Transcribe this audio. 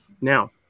Now